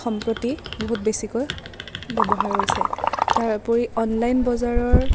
সম্প্ৰতি বহুত বেছিকৈ ব্য়ৱহাৰ হৈছে তাৰ উপৰি অনলাইন বজাৰৰ